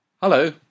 Hello